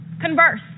Converse